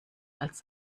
als